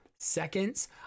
Seconds